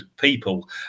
people